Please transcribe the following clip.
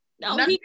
no